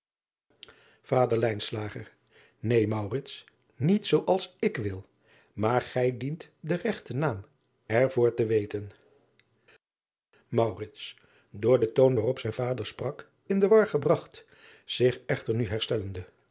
ader een niet zoo als ik wil maar gij dient den regten naam er voor te weten door den toon waarop zijn vader sprak in de war gebragt zich echter nu herstellende